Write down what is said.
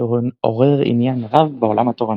שעורר עניין רב בעולם התורני.